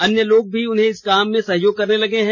अन्य लोग भी उन्हें इस काम में सहयोग करने लगे हैं